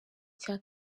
cya